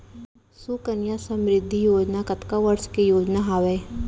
सुकन्या समृद्धि योजना कतना वर्ष के योजना हावे?